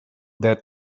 that